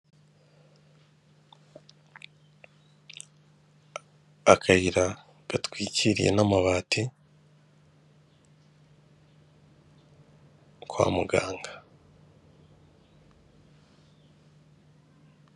Akayira gatwikiriye n'amabati kwa muganga.